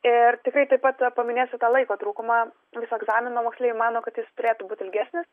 ir tikrai taip pat paminėsiu tą laiko trūkumą viso egzamino moksleiviai mano kad jis turėtų būt ilgesnis